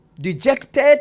dejected